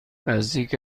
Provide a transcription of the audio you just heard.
نزدیک